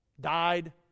died